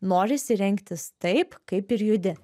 norisi rengtis taip kaip ir judi